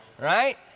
Right